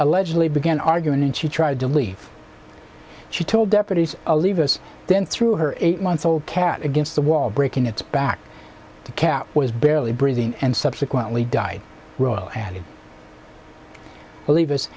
allegedly began arguing and she tried to leave she told deputies leave us then threw her eight month old cat against the wall breaking its back the cat was barely breathing and subsequently died roll and i believe